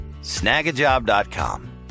snagajob.com